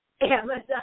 Amazon